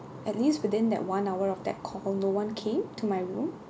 at least within that one hour of that call no one came to my room